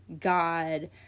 god